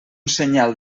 senyal